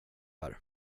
här